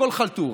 הכול חלטורה.